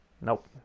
nope